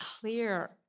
clear